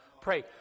Pray